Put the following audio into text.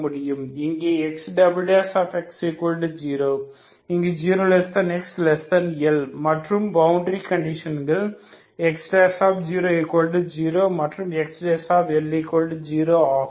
இங்கே Xx0 இங்கு 0xL மற்றும் பவுண்டரி கண்டிஷன்கள் X00 மற்றும் XL0 ஆகும்